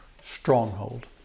stronghold